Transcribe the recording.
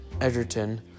Edgerton